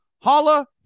holla